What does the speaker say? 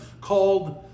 called